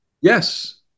Yes